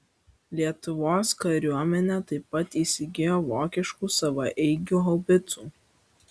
lietuvos kariuomenė taip pat įsigijo vokiškų savaeigių haubicų